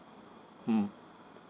mm